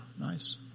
Nice